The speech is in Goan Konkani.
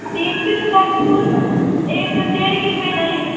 तीन कील जात तूं एक देड कील मेळटलीं